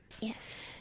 Yes